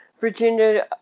Virginia